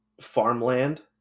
farmland